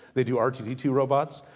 they do r two d two robots.